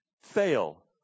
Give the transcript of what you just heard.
fail